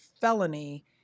felony